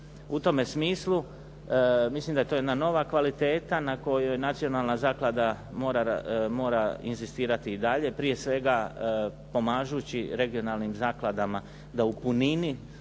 U tome smislu mislim da je to jedna nova kvaliteta na kojoj Nacionalna zaklada mora inzistirati i dalje prije svega pomažući regionalnim zakladama da u punini